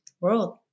world